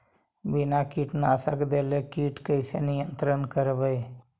बिना कीटनाशक देले किट कैसे नियंत्रन करबै?